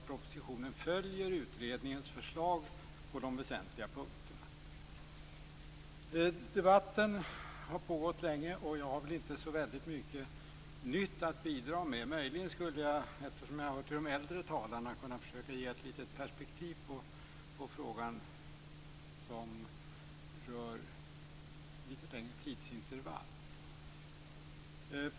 Propositionen följer alltså utredningens förslag på de väsentliga punkterna. Debatten har pågått länge och jag har inte så väldigt mycket nytt att bidra med. Möjligen skulle jag, eftersom jag hör till de äldre talarna, kunna försöka ge ett litet perspektiv på frågan som rör ett lite längre tidsintervall.